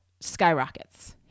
skyrockets